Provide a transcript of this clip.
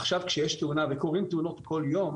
עכשיו כשיש תאונה וקורות תאונות כל יום